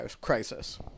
crisis